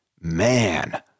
man